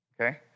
okay